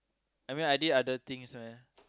I mean I did other things man